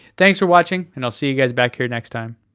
thanks for watching, and i'll see you guys back here next time.